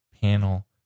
panel